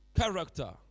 character